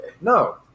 No